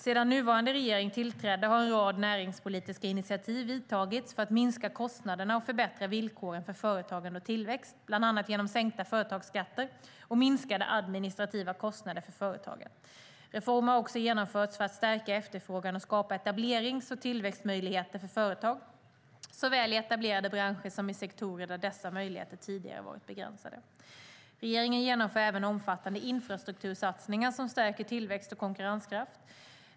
Sedan nuvarande regering tillträdde har en rad näringspolitiska initiativ tagits för att minska kostnaderna och förbättra villkoren för företagande och tillväxt bland annat genom sänkta företagsskatter och minskade administrativa kostnader för företagen. Reformer har också genomförts för att stärka efterfrågan och skapa etablerings och tillväxtmöjligheter för företag, såväl i etablerade branscher som i sektorer där dessa möjligheter tidigare har varit begränsade. Regeringen genomför även omfattande infrastruktursatsningar som stärker tillväxt och konkurrenskraft.